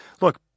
look